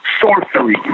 Sorcery